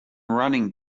running